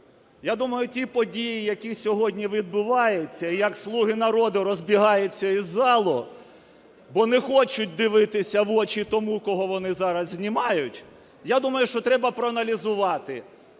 я думаю, ті події, які сьогодні відбуваються, і як "слуги народу" розбігаються із залу, бо не хочуть дивитися в очі тому, кого вони зараз знімають. Я думаю, що треба проаналізувати,